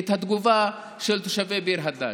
את התגובה של תושבי ביר הדאג',